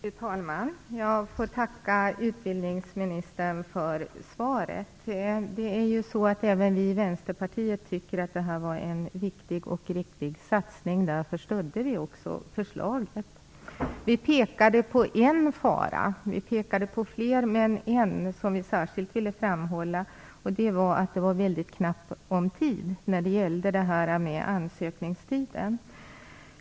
Fru talman! Jag får tacka utbildningsministern för svaret. Även vi i Vänsterpartiet tycker att det var en viktig och riktning satsning. Därför stödde vi också förslaget. Vi pekade på en fara. Vi pekade på flera, men det fanns en som vi särskilt ville framhålla. Det var att det var väldigt knappt om tid när det gällde ansökningstiden.